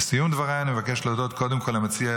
לסיום דברי אני מבקש להודות קודם כול למציע,